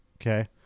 okay